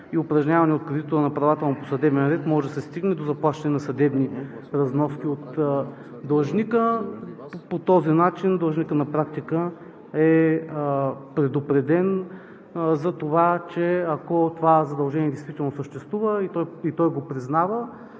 и упражняване от кредитора на правата му по съдебен ред може да се стигне до заплащане на съдебни разноски от длъжника. По този начин длъжникът на практика е предупреден за това, че ако това задължение действително съществува и той го признава,